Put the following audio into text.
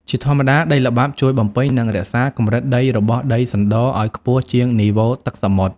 ជាធម្មតា ដីល្បាប់ជួយបំពេញ និងរក្សាកម្រិតដីរបស់ដីសណ្ដរឱ្យខ្ពស់ជាងនីវ៉ូទឹកសមុទ្រ។